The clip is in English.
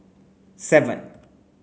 seven